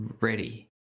ready